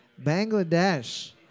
Bangladesh